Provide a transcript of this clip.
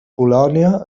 polònia